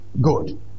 Good